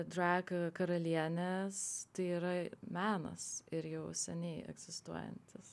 drag karalienės tai yra menas ir jau seniai egzistuojantis